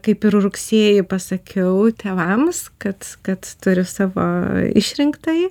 kaip ir rugsėjį pasakiau tėvams kad kad turiu savo išrinktąjį